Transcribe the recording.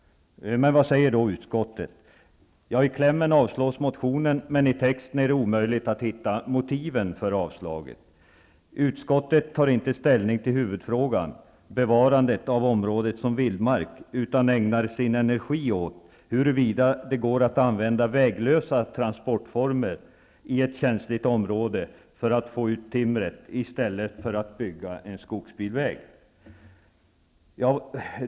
Vad säger då utskottet? I klämmen avstyrks motionen, men i texten är det omöjligt att hitta motiven för avstyrkandet. Utskottet tar inte ställning till huvudfrågan -- bevarandet av området som vildmark -- utan ägnar sin energi åt huruvida det går att använda väglösa transportformer i ett känsligt område för att få ut timret, i stället för att låta bygga en skogsbilväg.